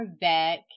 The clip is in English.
back